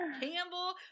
Campbell